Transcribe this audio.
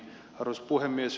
arvoisa puhemies